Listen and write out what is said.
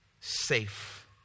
safe